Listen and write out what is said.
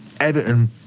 Everton